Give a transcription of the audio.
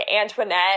Antoinette